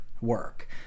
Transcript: work